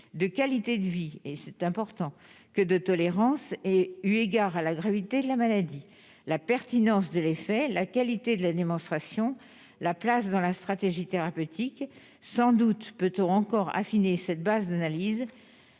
de qualité de vie et c'est important que de tolérance et eu égard à la gravité de la maladie, la pertinence de l'effet, la qualité de la démonstration la place dans la stratégie thérapeutique sans doute peut-on encore affiner cette base d'analyse